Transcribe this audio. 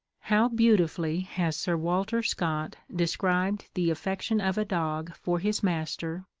how beautifully has sir walter scott described the affection of a dog for his master,